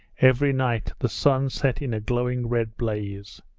every night the sun set in a glowing red blaze.